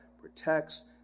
protects